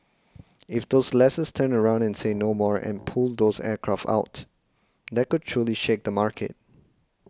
if those lessors turn around and say 'no more' and pull those aircraft out that could truly shake the market